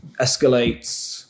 escalates